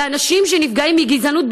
לאנשים שנפגעים מגזענות,